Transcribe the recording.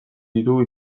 ditugu